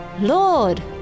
Lord